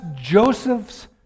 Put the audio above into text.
Joseph's